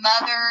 mother